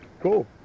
Cool